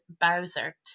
Bowser